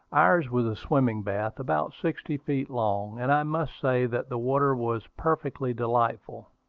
ours was a swimming-bath, about sixty feet long and i must say that the water was perfectly delightful.